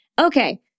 Okay